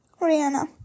Rihanna